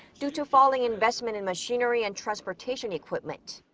due to falling investment in machinery and transportation equipment.